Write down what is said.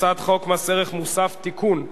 הצעת חוק מס ערך מוסף (תיקון,